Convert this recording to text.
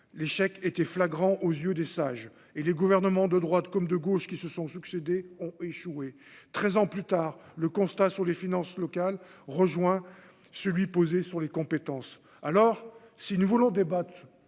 l'échec était flagrant aux yeux des sages et les gouvernements de droite comme de gauche, qui se sont succédé ont échoué, 13 ans plus tard le constat sur les finances locales rejoint celui posé sur les compétences, alors si nous voulons débattre